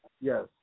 yes